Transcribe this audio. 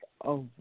over